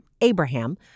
Abraham